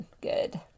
good